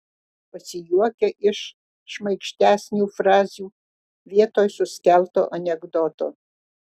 pasijuokia iš šmaikštesnių frazių vietoj suskelto anekdoto